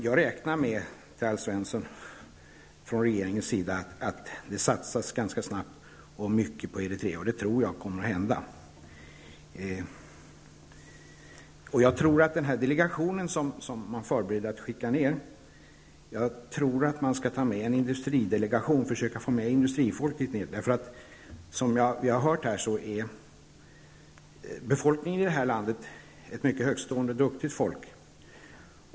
Jag räknar med att Alf Svensson från regeringens sida arbetar för att det skall satsas snabbt och mycket på Eritrea. Jag tror att det kommer att ske. Jag tycker att man skall försöka få med industrifolk i den delegation som nu håller på att förberedas. Befolkningen i det här landet är ett mycket högtstående och duktigt folk.